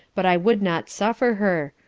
but i would not suffer her,